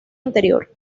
anterior